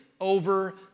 over